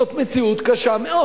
זאת מציאות קשה מאוד.